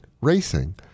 racing